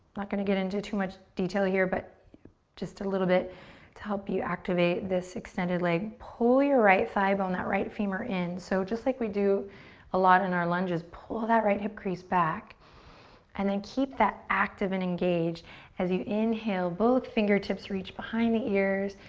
not gonna get into too much detail here but just a little bit to help you activate this extended leg, pull your right thigh bone, that right femur in. so just like we do a lot in our lunges, pull that right hip crease back and then keep that active and engage as you inhale both fingertips reach behind the ears.